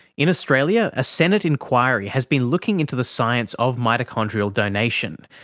in australia, a senate inquiry has been looking into the science of mitochondrial donation,